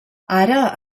ara